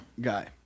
guy